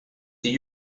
did